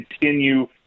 continue